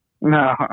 No